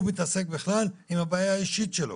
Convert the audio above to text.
הוא מתעסק בכלל עם הבעיה האישית שלו